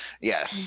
yes